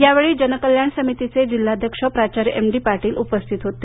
यावेळी जनकल्याण समितीचे जिल्हाध्यक्ष प्राचार्य एम डी पाटील उपस्थित होते